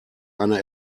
eine